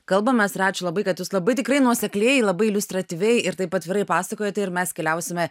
kalbamės ie ačiū labai kad jūs labai tikrai nuosekliai labai iliustratyviai ir taip atvirai pasakojate ir mes keliausime